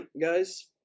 guys